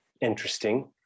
interesting